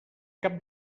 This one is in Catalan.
cap